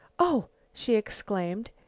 oh she exclaimed,